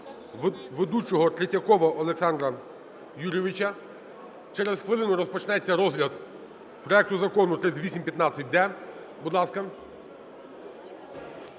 ведучого Третьякова Олександра Юрійовича. Через хвилину розпочнеться розгляд проекту Закону 3815-д.